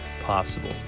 possible